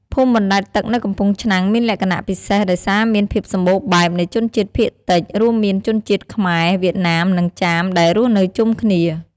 ភូមិបណ្ដែតទឹកនៅកំពង់ឆ្នាំងមានលក្ខណៈពិសេសដោយសារមានភាពសម្បូរបែបនៃជនជាតិភាគតិច រួមមានជនជាតិខ្មែរ វៀតណាម និងចាម ដែលរស់នៅជុំគ្នា។